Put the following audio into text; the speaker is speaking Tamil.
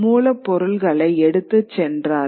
மூலப் பொருள்களை எடுத்துச் சென்றார்கள்